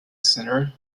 center